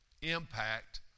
Impact